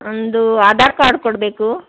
ಒಂದು ಆಧಾರ್ ಕಾರ್ಡ್ ಕೊಡಬೇಕು